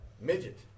Midget